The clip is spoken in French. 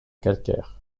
calcaire